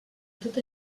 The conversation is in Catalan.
tot